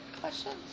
questions